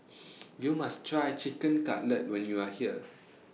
YOU must Try Chicken Cutlet when YOU Are here